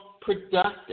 productive